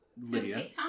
Lydia